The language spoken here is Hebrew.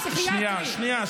ואדוני לא משתיק אותו?